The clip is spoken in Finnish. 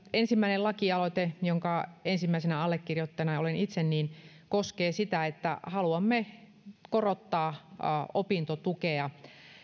ensimmäinen lakialoitteemme jonka ensimmäisenä allekirjoittajana olen itse koskee sitä että haluamme korottaa opintotukea